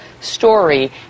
story